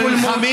אל תנהל פולמוס.